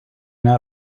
not